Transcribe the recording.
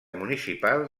municipal